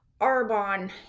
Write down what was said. Arbonne